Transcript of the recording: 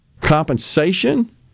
compensation